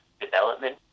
development